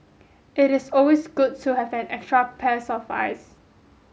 it is always good to have an extra pairs of eyes